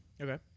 Okay